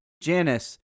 Janice